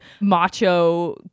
Macho